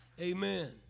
Amen